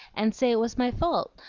and say it was my fault.